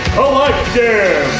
collective